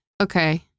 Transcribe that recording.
Okay